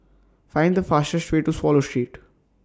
Find The fastest Way to Swallow Street